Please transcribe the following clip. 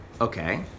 Okay